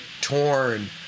Torn